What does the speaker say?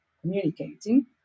communicating